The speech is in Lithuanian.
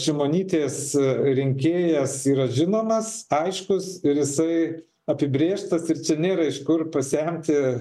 šimonytės rinkėjas yra žinomas aiškus ir jisai apibrėžtas ir čia nėra iš kur pasemti